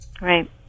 Right